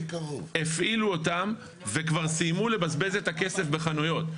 הפעילו אותם וכבר סיימו לבזבז את הכסף בחנויות,